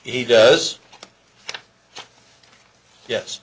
he does yes